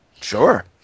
Sure